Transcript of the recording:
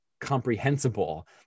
comprehensible